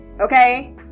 Okay